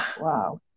wow